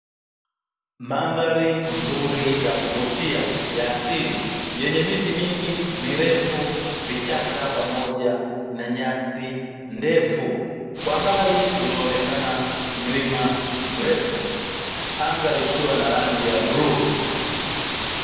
Mandhari nzuri ya kuvutia ya asili, yenye miti mingi mirefu, vichaka pamoja na nyasi ndefu. Kwa mbali unaonekana mlima mrefu, anga likiwa na rangi ya bluu.